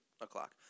o'clock